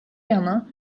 yana